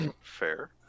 Fair